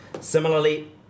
Similarly